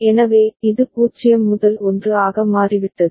எனவே இது 0 முதல் 1 ஆக மாறிவிட்டது